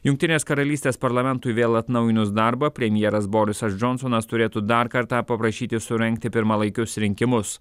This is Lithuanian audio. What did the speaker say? jungtinės karalystės parlamentui vėl atnaujinus darbą premjeras borisas džonsonas turėtų dar kartą paprašyti surengti pirmalaikius rinkimus